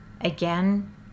Again